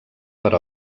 per